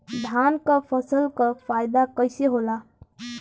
धान क फसल क फायदा कईसे होला?